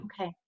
Okay